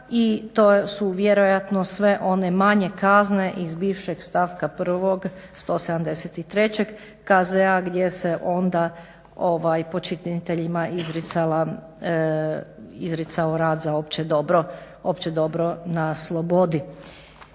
i to su vjerojatno sve one manje kazne iz bivšeg stavka 1., 183. KZ-a gdje se onda počiniteljima izricao rad za opće dobro na slobodi.